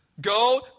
Go